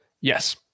Yes